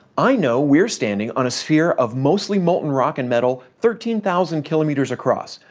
i know we're standing on a sphere of mostly molten rock and metal thirteen thousand kilometers across,